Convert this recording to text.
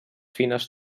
fines